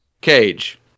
Cage